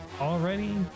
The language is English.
Already